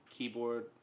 keyboard